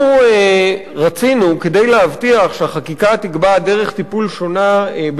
כדי להבטיח שהחקיקה תקבע דרך טיפול שונה בפליטים,